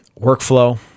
workflow